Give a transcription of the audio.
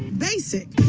basic